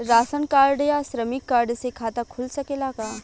Ration card या श्रमिक card से खाता खुल सकेला का?